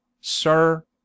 sir